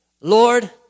Lord